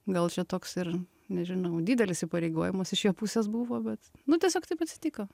gal čia toks ir nežinau didelis įpareigojimas iš jo pusės buvo bet nu tiesiog taip atsitiko